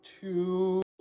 two